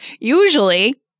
usually